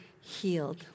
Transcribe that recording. healed